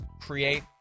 create